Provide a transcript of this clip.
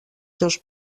seus